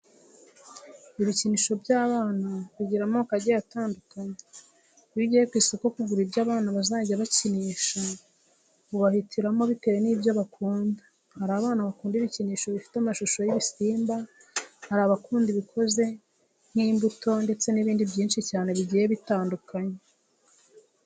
Ibikinisho by'abana bigira amoko agiye atandukanye. Iyo ugiye ku isoko kugura ibyo abana bazajya bakinisha, ubahitiramo bitewe n'ibyo bakunda. Hari abana bakunda ibikinisho bifite amashusho y'ibisimba, hari abakunda ibikoze nk'imbuto ndetse n'ibindi byinshi cyane bigiye bitandukanye.